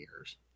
years